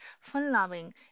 fun-loving